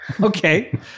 Okay